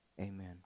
amen